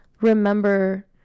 remember